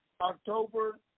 October